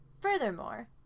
Furthermore